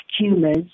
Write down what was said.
tumors